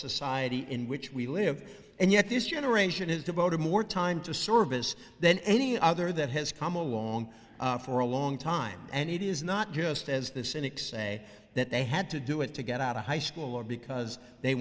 society in which we live and yet this generation has devoted more time to service than any other that has come along for a long time and it is not just as the cynics say that they had to do it to get out of high school or because they